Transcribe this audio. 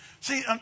See